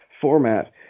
format